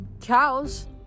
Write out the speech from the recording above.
cows